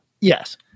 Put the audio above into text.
Yes